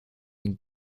den